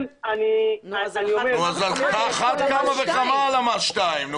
על אחת כמה וכמה הלמ"ס שתיים.